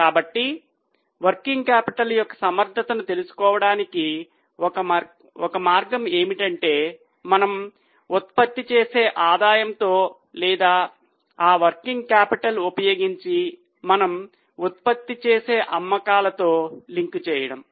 కాబట్టి working capital యొక్క సమర్ధతను తెలుసుకోవటానికి ఒక మార్గం ఏమిటంటే మనం ఉత్పత్తి చేసే ఆదాయంతో లేదా ఆ వర్కింగ్ క్యాపిటల్ ఉపయోగించి మనం ఉత్పత్తి చేసే అమ్మకాలతో లింక్ చేయడం